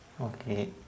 Okay